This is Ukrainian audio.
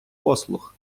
послуг